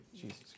Jesus